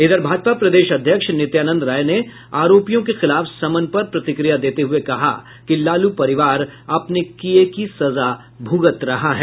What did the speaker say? इधर भाजपा प्रदेश अध्यक्ष नित्यानंद राय ने आरोपियों के खिलाफ समन पर प्रतिक्रिया देते हुए कहा कि लालू परिवार अपने किये की सजा भुगत रहा है